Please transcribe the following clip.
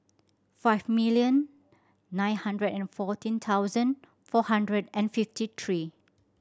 five million nine hundred and fourteen thousand four hundred and fifty three